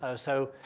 ah so,